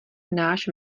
náš